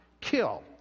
kill